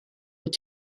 wyt